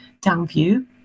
Downview